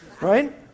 Right